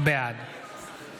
בעד